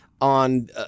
on